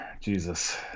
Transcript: Jesus